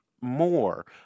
more